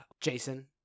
Jason